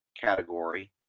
category